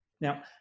Now